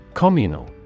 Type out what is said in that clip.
Communal